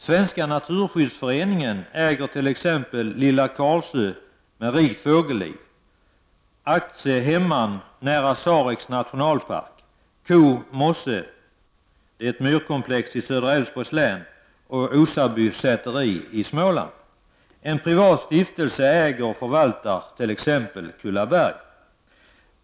Svenska naturskyddsföreningen äger t.ex. Lilla Karlsö, som har ett rikt fågelliv, Aktse hemman nära Sareks nationalpark, Ko mosse, som är ett myrkomplex i södra Älvsborgs län, och Osaby säteri i Småland. En privat stiftelse äger och förvaltar Kullaberg.